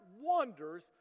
wonders